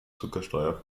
zuckersteuer